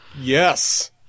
Yes